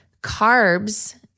carbs